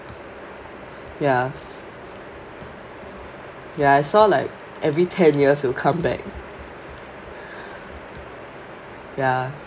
ya ya I saw like every ten years will come back ya